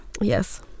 Yes